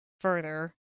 further